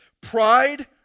pride